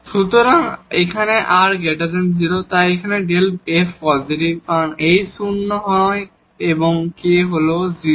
সুতরাং এখানে r 0 তাই এই Δ f পজিটিভ কারণ h শূন্য নয় এবং k হল 0